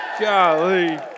Golly